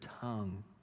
tongue